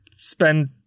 spend